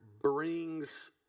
brings